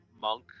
Monk